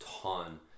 ton